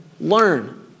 learn